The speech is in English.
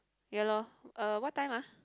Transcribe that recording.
ya lor uh what time ah